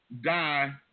die